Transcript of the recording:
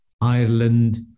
Ireland